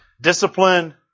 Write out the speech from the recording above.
discipline